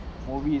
movies